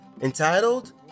entitled